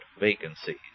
vacancies